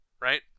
right